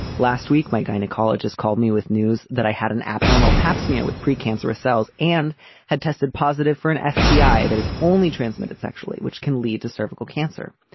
last week my gynecologist called me with news that i had an abnormal pap smear with precancerous cells and had tested positive for an sdi. that is only transmitted sexually which can lead to cervical cancer.